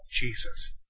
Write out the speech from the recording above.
Jesus